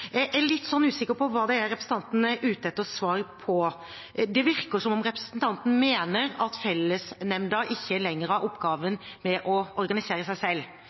Jeg er litt usikker på hva representanten er ute etter å få svar på. Det virker som om representanten mener at fellesnemnda ikke lenger har oppgaven med å organisere seg selv.